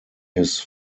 his